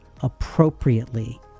appropriately